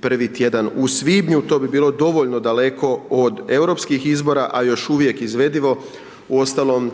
prvi tjedan u svibnju, to bi bilo dovoljno daleko od europskih izbora, a još uvijek izvedivo, uostalom,